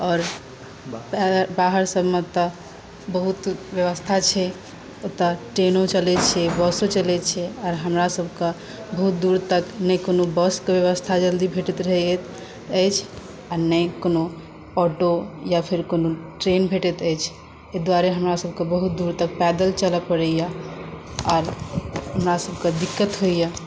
आओर बाहरसभमे तऽ बहुत व्यवस्था छै ओतय ट्रेनो चलैत छै बसो चलैत छै आओर हमरासभकेँ बहुत दूर तक नहि कोनो बसकेँ व्यवस्था जल्दी भेटैत रहैत अछि नहि कोनो ऑटो या फेर कोनो ट्रेन भेटैत अछि एहिद्वारे हमरासभकेँ बहुत दूर तक पैदल चलय पड़ैए आओर हमरासभकेँ दिक्कत होइए